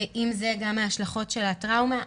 ועם זה גם ההשלכות של הטראומה.